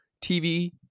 TV